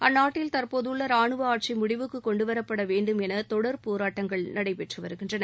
அந்நாட்டில் தற்போதுள்ள ரானுவ ஆட்சி முடிவுக்கு கொண்டு வரப்பட வேண்டும் என தொடர் போராட்டங்கள் நடைபெற்று வருகின்றன